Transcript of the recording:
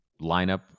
lineup